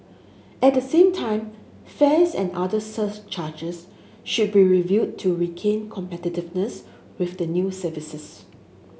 at the same time fares and other surcharges should be reviewed to regain competitiveness with the new services